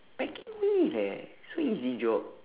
packing only leh so easy job